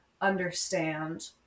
understand